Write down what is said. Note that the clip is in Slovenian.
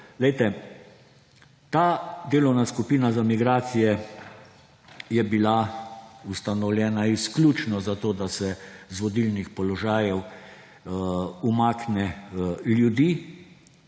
Ta delovna skupina za migracije je bila ustanovljena izključno zato, da se z vodilnih položajev umakne ljudi,